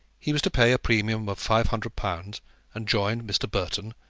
he was to pay a premium of five hundred pounds and join mr. burton,